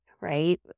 right